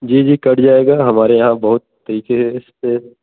जी जी कट जाएगा हमारे यहाँ बहुत